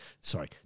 sorry